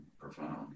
profound